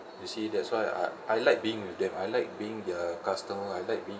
you see that's why I I like being with them I like being their customer I like being